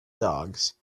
dogs